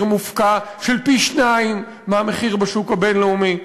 מופקע של פי-שניים מהמחיר בשוק הבין-לאומי.